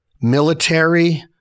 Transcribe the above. military